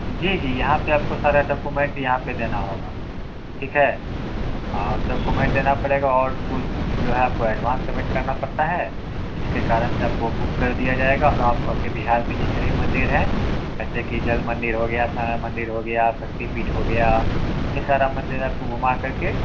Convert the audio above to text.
जी जी यहाँ पर आपको सारा डॉक्युमेंट यहाँ पर देना होगा ठीक है और डॉक्युमेंट देना पड़ेगा और कुछ जो है आपको एडवांस पेमेंट करना पड़ता है जिसके कारण से आपको बुक कर दिया जाएगा अब आप बिहार में जितने भी मंदिर है जैसे कि जल मंदिर हो गया मंदिर हो गया शक्ति पीठ हो गया यह सारा मंदिर आपको घूमा कर के